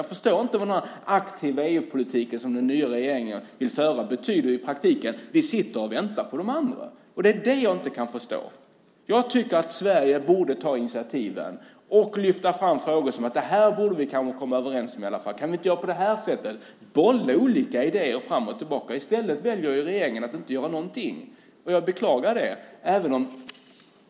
Jag förstår inte vad den aktiva EU-politik som den nya regeringen vill föra betyder i praktiken. Vi sitter och väntar på de andra, och det är det jag inte kan förstå. Jag tycker att Sverige borde ta initiativ och lyfta fram frågor: Det här borde vi kunna komma överens om i alla fall! Kan vi inte göra på det här sättet? Vi borde bolla olika idéer fram och tillbaka. I stället väljer regeringen att inte göra någonting, och jag beklagar det.